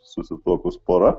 susituokus pora